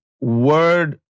word